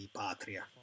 patria